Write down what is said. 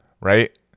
Right